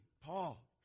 Paul